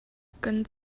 kaan